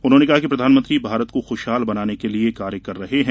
उन्होंने कहा कि प्रधानमंत्री भारत को खुशहाल बनाने के लिए कार्य कर रहे हैं